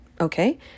okay